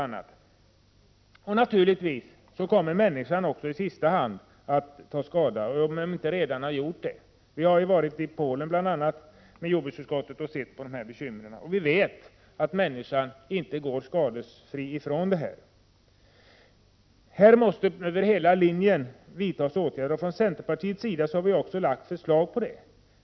Naturligtvis kommer också människan i sista hand att ta skada, om hon inte redan gjort det. Jordbruksutskottet har varit i bl.a. Polen och studerat dessa problem. Vi vet att människan inte går skadefri. Här måste över hela linjen åtgärder vidtas. Från centerpartiets sida har vi lagt fram sådana förslag.